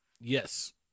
yes